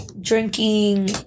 drinking